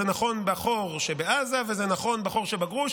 זה נכון בחור שבעזה וזה נכון בחור שבגרוש,